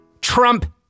Trump